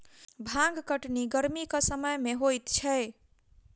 भांग कटनी गरमीक समय मे होइत छै